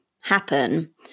happen